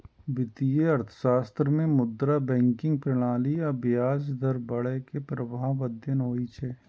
वित्तीय अर्थशास्त्र मे मुद्रा, बैंकिंग प्रणाली आ ब्याज दर बढ़ै के प्रभाव अध्ययन होइ छै